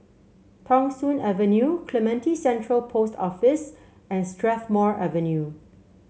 Thong Soon Avenue Clementi Central Post Office and Strathmore Avenue